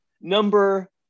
Number